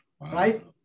right